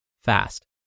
fast